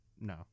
no